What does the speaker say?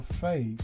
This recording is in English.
faith